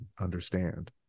understand